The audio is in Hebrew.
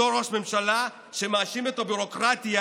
אותו ראש ממשלה שמאשים את הביורוקרטיה,